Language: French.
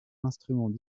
instrument